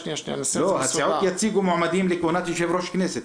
בסעיף 5: הסיעות יציגו מועמדים לכהונת יושב-ראש כנסת.